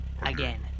AGAIN